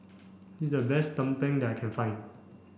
this is the best Tumpeng that I can find